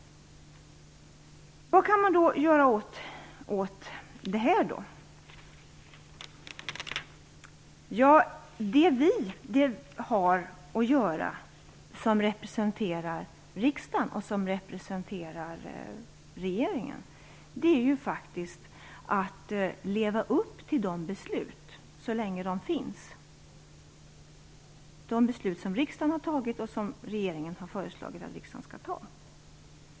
Vad kan man då göra åt detta? Ja, det vi som representerar riksdagen och regeringen har att göra är att leva upp till de beslut som riksdagen har fattat och som regeringen har föreslagit riksdagen.